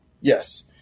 Yes